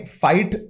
fight